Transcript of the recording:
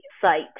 site